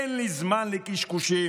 אין לי זמן לקשקושים,